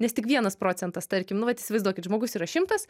nes tik vienas procentas tarkim nu vat įsivaizduokit žmogus yra šimtas